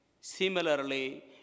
Similarly